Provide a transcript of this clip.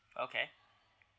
okay